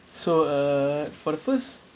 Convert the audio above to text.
so uh for the first